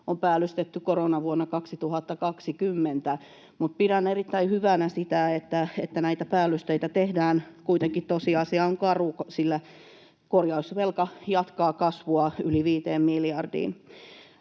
on päällystetty — koronavuonna 2020 — mutta pidän erittäin hyvänä sitä, että näitä päällysteitä tehdään. Kuitenkin tosiasia on karu, sillä korjausvelka jatkaa kasvuaan yli viiteen miljardiin.